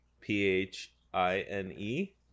P-H-I-N-E